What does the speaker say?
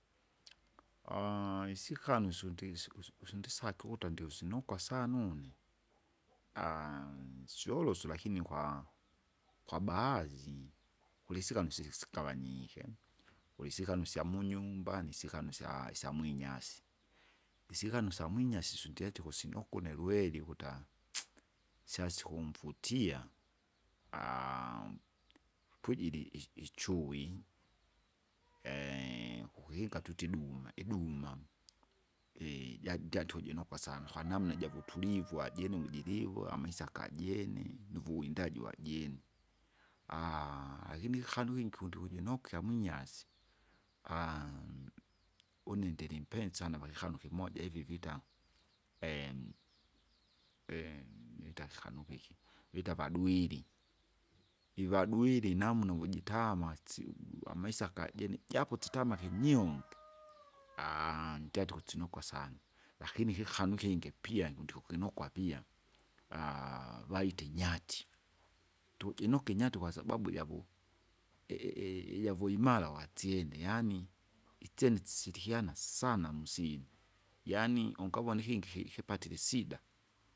isikanu syundisi usu- usu- usundisake uvuta ndiusi nukwa sana une, nsyolosu lakini kwa- kwabahazi, kulisika nusili sikava nyike, kulisika nusyamunyumba nisika nisya- isyamwinyasi, isikanu isyamwinyasi sundietiku sinoko une lweri ukuta, syasikumvutia. pujiri i- i- ichui kukikinga tuti iduma iduma jaji jatujinukwa sana, kwanamna javutulivu wajene mujilivywa amaisa akajene, nuvuwindanji wajene lakini kanu ikingi kundijinokya mwinyasi une ndilimpenzi sana wakikanu kimoja ivi vita itaki kikanu kiki vita vaduili, jivaduili namna uvujitamwa atsiu amaisa kajene japo tsitamake imiumbe, ndyadi ukusinukwa sana. Lakini ikikanu ikingi pia ndikukinukwa pia vaite nyati, tujinukwa inyati kwasabau ijaku i- i- i- ijavo imara watsiene yaani, itsene sisilikiana sana musimba. Yaani ungavona ikingi ki- kipatire isida,